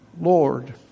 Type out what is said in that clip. Lord